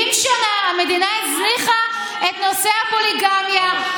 70 שנה המדינה הזניחה את נושא הפוליגמיה.